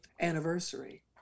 anniversary